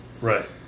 Right